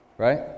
Right